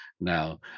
now